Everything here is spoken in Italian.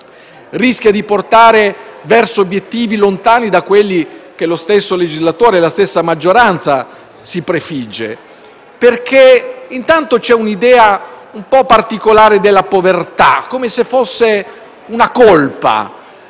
rischia di portare verso obiettivi molto lontani da quelli che lo stesso legislatore, la stessa maggioranza si prefigge. Ciò avviene perché c'è un'idea un po' particolare della povertà, come se fosse una colpa